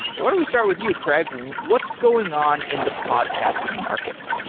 why don't we start with you, craig? what's going on in the podcasting market?